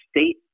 state